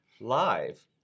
live